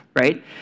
Right